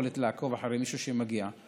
אין לנו יכולת לעקוב אחרי מישהו שמגיע משם.